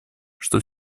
что